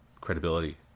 credibility